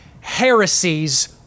Heresies